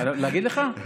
להגיד לך?